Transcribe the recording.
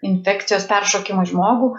infekcijos peršokimo į žmogų